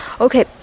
okay